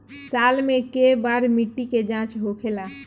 साल मे केए बार मिट्टी के जाँच होखेला?